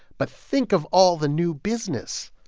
but think of all the new business.